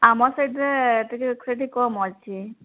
ଆମର୍ ସାଇଡ଼୍ରେ ଟିକେ ସେଇଠି କମ୍ ଅଛି